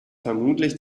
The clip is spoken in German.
vermutlich